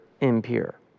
impure